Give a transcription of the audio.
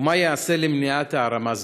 ומה ייעשה למניעת הערמה זו?